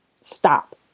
stop